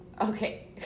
Okay